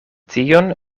tion